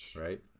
right